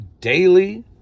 daily